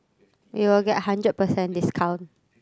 you will get hundred percent discount